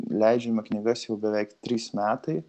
leidžiame knygas jau beveik trys metai